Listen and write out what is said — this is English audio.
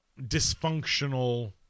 dysfunctional